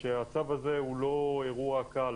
שהצו הזה הוא לא אירוע קל,